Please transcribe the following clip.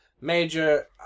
Major